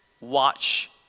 watch